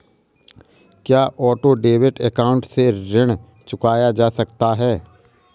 क्या auto debit account से ऋण चुकाया जा सकता है?